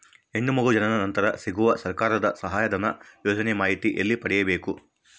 ಹೆಣ್ಣು ಮಗು ಜನನ ನಂತರ ಸಿಗುವ ಸರ್ಕಾರದ ಸಹಾಯಧನ ಯೋಜನೆ ಮಾಹಿತಿ ಎಲ್ಲಿ ಪಡೆಯಬೇಕು?